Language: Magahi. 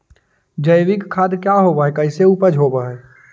जैविक खाद क्या होब हाय कैसे उपज हो ब्हाय?